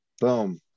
Boom